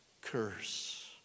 curse